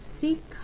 seek